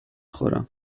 خورم